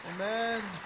Amen